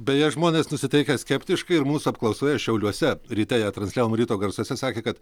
beje žmonės nusiteikę skeptiškai ir mūsų apklausoje šiauliuose ryte ją transliavome ryto garsuse sakė kad